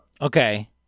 Okay